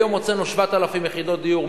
היום הוצאנו 7,000 יחידות דיור,